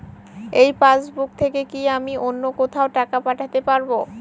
এই পাসবুক থেকে কি আমি অন্য কোথাও টাকা পাঠাতে পারব?